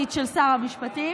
לקונית של שר המשפטים,